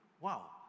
Wow